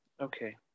okay